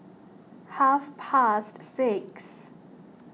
half past six